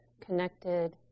connected